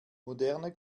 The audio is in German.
moderne